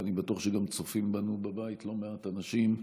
ואני בטוח שגם צופים בנו בבית לא מעט אנשים,